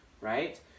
right